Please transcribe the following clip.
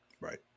Right